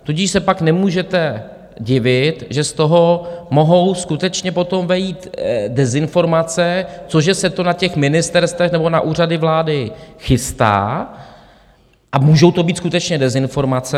Tudíž se pak nemůžete divit, že z toho mohou skutečně potom vzejít dezinformace, co že se to na těch ministerstvech nebo na Úřadu vlády chystá, a můžou to být skutečně dezinformace.